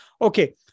Okay